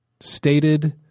stated